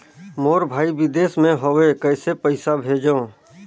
मोर भाई विदेश मे हवे कइसे पईसा भेजो?